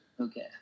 Okay